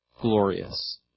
glorious